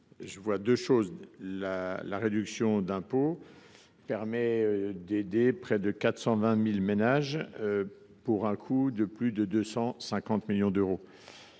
Canévet, mais la réduction d’impôt permet d’aider près de 420 000 ménages, pour un coût de plus de 250 millions d’euros.